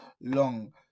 long